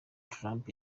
trump